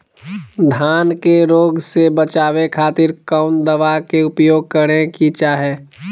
धान के रोग से बचावे खातिर कौन दवा के उपयोग करें कि चाहे?